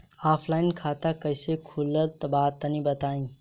Offline खाता कइसे खुले ला तनि बताई?